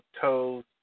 toes